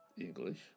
English